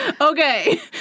Okay